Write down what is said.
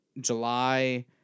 July